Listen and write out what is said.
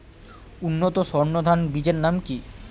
উন্নত সর্ন ধান বীজের নাম কি?